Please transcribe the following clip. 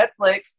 Netflix